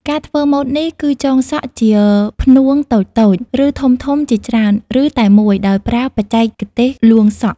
ការធ្វើម៉ូតនេះគឺចងសក់ជាផ្នួងតូចៗ ឬធំៗជាច្រើន ឬតែមួយ ដោយប្រើបច្ចេកទេសលួងសក់។